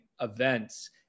events